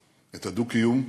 את הדו-קיום,